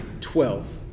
twelve